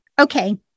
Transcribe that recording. Okay